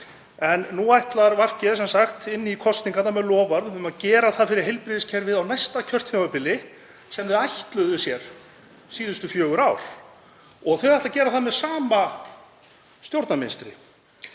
En nú ætlar VG sem sagt inn í kosningarnar með loforð um að gera það fyrir heilbrigðiskerfið á næsta kjörtímabili sem þau ætluðu sér síðustu fjögur ár. Þau ætla að gera það með sama stjórnarmynstri